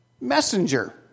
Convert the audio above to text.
messenger